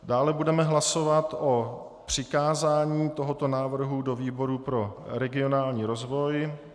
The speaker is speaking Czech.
Dále budeme hlasovat o přikázání tohoto návrhu do výboru pro regionální rozvoj.